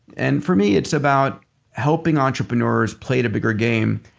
and for me it's about helping entrepreneurs play the bigger game,